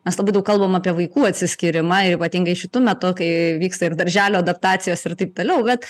mes labai daug kalbam apie vaikų atsiskyrimą ir ypatingai šitu metu kai vyksta ir darželio adaptacijos ir taip toliau bet